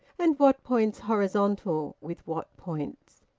and what points horizontal with what points.